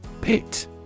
Pit